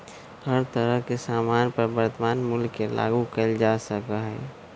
हर तरह के सामान पर वर्तमान मूल्य के लागू कइल जा सका हई